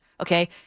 okay